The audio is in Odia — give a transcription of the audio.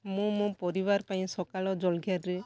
ମୁଁ ମୋ ପରିବାର ପାଇଁ ସକାଳ ଜଳଖିଆରେ